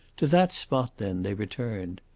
to that spot, then, they returned.